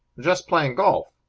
just playing golf!